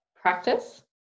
practice